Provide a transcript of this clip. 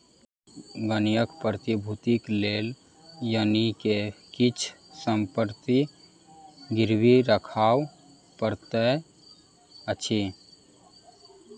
ऋणक प्रतिभूतिक लेल ऋणी के किछ संपत्ति गिरवी राखअ पड़ैत अछि